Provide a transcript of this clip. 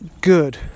good